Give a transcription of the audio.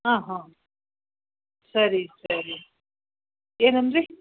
ಹಾಂ ಹಾಂ ಸರಿ ಸರಿ ಏನಂದಿರಿ